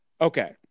Okay